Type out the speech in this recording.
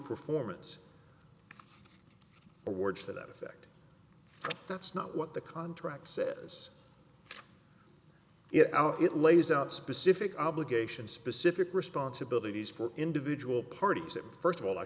performance awards to that effect that's not what the contract says it all it lays out specific obligations specific responsibilities for individual parties that first of all i